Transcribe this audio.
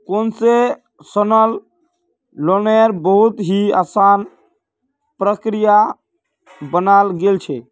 concessional लोन्नेर बहुत ही असान प्रक्रिया बनाल गेल छे